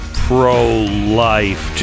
pro-life